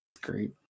Great